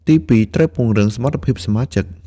ទីពីរ ត្រូវ ពង្រឹងសមត្ថភាពសមាជិក។